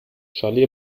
charlie